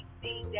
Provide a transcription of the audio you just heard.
see